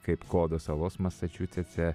kaip kodo salos masačusetse